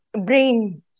brain